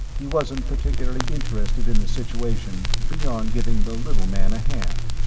he wasn't particularly interested in the situation, beyond giving the little man a hand.